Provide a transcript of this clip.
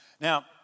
Now